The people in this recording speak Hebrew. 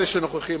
אלה שנוכחים,